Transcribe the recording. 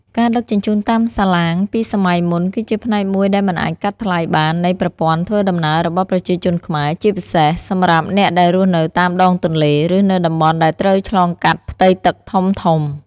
ការដឹកជញ្ជូនតាមសាឡាងពីសម័យមុនគឺជាផ្នែកមួយដែលមិនអាចកាត់ថ្លៃបាននៃប្រព័ន្ធធ្វើដំណើររបស់ប្រជាជនខ្មែរ ជាពិសេសសម្រាប់អ្នកដែលរស់នៅតាមដងទន្លេ ឬនៅតំបន់ដែលត្រូវឆ្លងកាត់ផ្ទៃទឹកធំៗ។